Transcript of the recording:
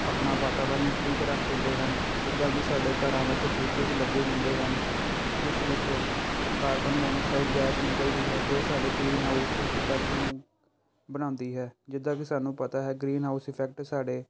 ਆਪਣਾ ਵਾਤਾਵਰਣ ਨੂੰ ਠੀਕ ਰੱਖ ਸਕਦੇ ਹਨ ਜਿੱਦਾਂ ਕਿ ਸਾਡੇ ਘਰਾਂ ਵਿੱਚ ਫ੍ਰਿਜਸ ਲੱਗੇ ਹੁੰਦੇ ਹਨ ਜਿਸ ਵਿੱਚੋਂ ਕਾਰਬਨ ਮੌਨੋਅਕਸਾਈਡ ਗੈਸ ਨਿਕਲਦੀ ਹੈ ਜੋ ਸਾਡੇ ਗ੍ਰੀਨ ਹਾਊਸ ਇਫੈਕਟ ਨੂੰ ਬਣਾਉਂਦੀ ਹੈ ਜਿੱਦਾਂ ਕਿ ਸਾਨੂੰ ਪਤਾ ਹੈ ਗ੍ਰੀਨ ਹਾਊਸ ਇਫੈਕਟ ਸਾਡੇ